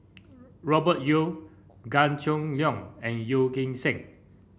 Robert Yeo Gan Choo Neo and Yeo Kim Seng